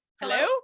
Hello